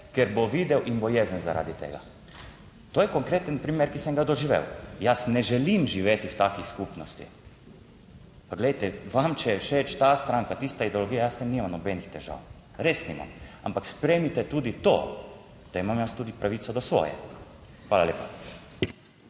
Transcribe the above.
ker bo videl in bo jezen zaradi tega." - to je konkreten primer, ki sem ga doživel. Jaz ne želim živeti v taki skupnosti. Poglejte, vam, če je všeč ta stranka, tista ideologija, jaz s tem nimam nobenih težav, res nimam, ampak sprejmite tudi to, da imam jaz tudi pravico do svoje. Hvala lepa.